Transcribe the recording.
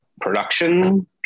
production